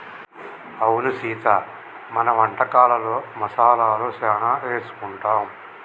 అవును సీత మన వంటకాలలో మసాలాలు సానా ఏసుకుంటాం